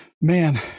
man